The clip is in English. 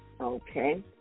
Okay